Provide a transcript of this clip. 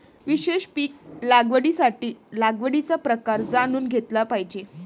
विशेष पीक लागवडीसाठी लागवडीचा प्रकार जाणून घेतला पाहिजे